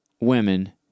women